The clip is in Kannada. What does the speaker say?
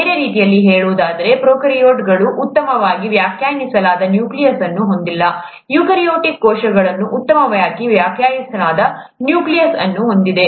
ಬೇರೆ ರೀತಿಯಲ್ಲಿ ಹೇಳುವುದಾದರೆ ಪ್ರೊಕಾರ್ಯೋಟ್ಗಳು ಉತ್ತಮವಾಗಿ ವ್ಯಾಖ್ಯಾನಿಸಲಾದ ನ್ಯೂಕ್ಲಿಯಸ್ಅನ್ನು ಹೊಂದಿಲ್ಲ ಯುಕ್ಯಾರಿಯೋಟಿಕ್ ಕೋಶಗಳು ಉತ್ತಮವಾಗಿ ವ್ಯಾಖ್ಯಾನಿಸಲಾದ ನ್ಯೂಕ್ಲಿಯಸ್ ಅನ್ನು ಹೊಂದಿವೆ